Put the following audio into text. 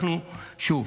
שוב,